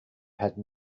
had